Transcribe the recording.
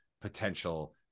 potential